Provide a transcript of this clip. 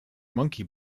monkey